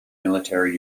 military